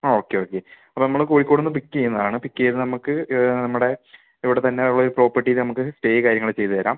ആ ഒക്കെ ഓക്കെ അപ്പോൾ നമ്മൾ കോഴിക്കോടിൽ നിന്ന് പിക്ക് ചെയ്യുന്നതാണ് പിക്ക് ചെയ്ത് നമുക്ക് നമ്മുടെ ഇവിടെ തന്നെയുള്ള ഒരു പ്രോപ്പർട്ടിയിൽ നമുക്ക് സ്റ്റേ കാര്യങ്ങളൊക്കെ ചെയ്തുതരാം